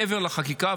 מעבר לחקיקה,